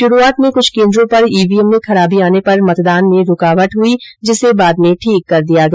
शुरूआत में क्छ केन्द्रों पर ईवीएम में खराबी आने पर मतदान में रूकावट हुई जिसे बाद में ठीक कर दिया गया